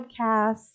Podcasts